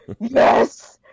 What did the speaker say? yes